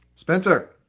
Spencer